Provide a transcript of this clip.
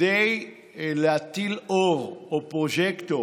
כדי להטיל אור, או פרוז'קטור,